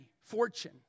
fortune